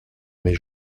mes